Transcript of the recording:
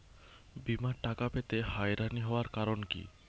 বিমার টাকা পেতে হয়রানি হওয়ার কারণ কি?